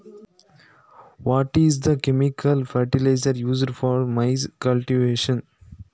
ಮೆಕ್ಕೆಜೋಳ ಬೆಳೀಲಿಕ್ಕೆ ಉಪಯೋಗ ಮಾಡುವ ರಾಸಾಯನಿಕ ಗೊಬ್ಬರ ಯಾವುದು?